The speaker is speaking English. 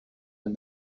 and